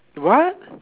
what